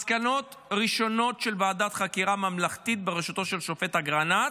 מסקנות ראשונות של ועדת החקירה הממלכתית בראשותו של השופט אגרנט.